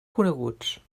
coneguts